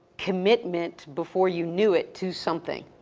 commitment, before you knew it, to something.